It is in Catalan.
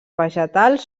vegetals